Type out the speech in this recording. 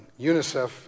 UNICEF